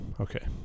Okay